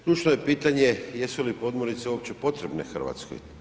Ključno je pitanje jesu li podmornice uopće potrebne Hrvatskoj?